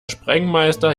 sprengmeister